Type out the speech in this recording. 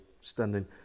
standing